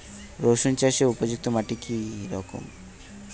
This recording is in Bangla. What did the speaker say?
রুসুন চাষের উপযুক্ত মাটি কি রকম?